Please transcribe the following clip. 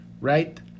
right